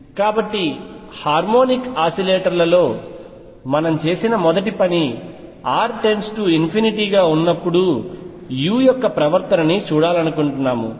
కాబట్టి హార్మోనిక్ ఆసిలేటర్లలో మనము చేసిన మొదటి పని r →∞ గా ఉన్నప్పుడు u యొక్క ప్రవర్తన చూడాలనుకుంటున్నాము